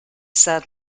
said